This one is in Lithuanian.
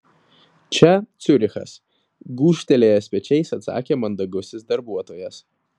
čia ciurichas gūžtelėjęs pečiais atsakė mandagusis darbuotojas